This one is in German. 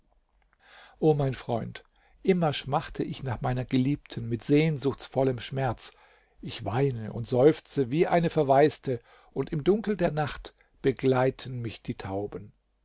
o mein freund immer schmachte ich nach meiner geliebten mit sehnsuchtsvollem schmerz ich weine und seufze wie eine verwaiste und im dunkel der nacht begleiten mich die tauben